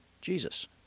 Jesus